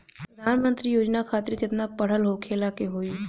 प्रधानमंत्री योजना खातिर केतना पढ़ल होखे के होई?